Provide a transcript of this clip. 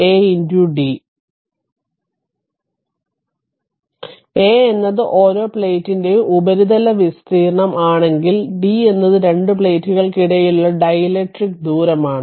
A എന്നത് ഓരോ പ്ലേറ്റിന്റെയും ഉപരിതല വിസ്തീർണ്ണം ആണെങ്കിൽ d എന്നത് രണ്ട് പ്ലേറ്റുകൾക്കിടയിലുള്ള ഡീലക്ട്രിക് ദൂരമാണ്